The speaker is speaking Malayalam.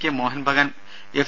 K Mohun Bagan F